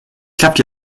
klappt